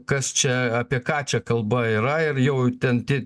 kas čia apie ką čia kalba yra ir jau ten tie